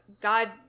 God